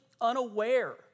unaware